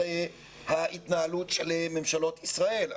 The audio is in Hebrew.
על ההתנהלות של ממשלות ישראל.